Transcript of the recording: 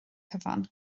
cyfan